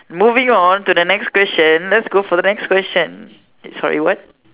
moving on to the next question let's go for the next question eh sorry what